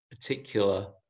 particular